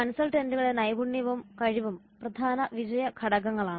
കൺസൾട്ടന്റുകളുടെ നൈപുണ്യവും കഴിവും പ്രധാന വിജയ ഘടകങ്ങളാണ്